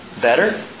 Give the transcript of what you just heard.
Better